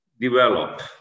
develop